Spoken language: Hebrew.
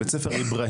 בית ספר איברהימייה,